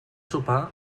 sopar